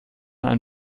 ein